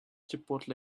chipotle